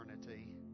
eternity